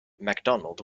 macdonald